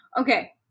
Okay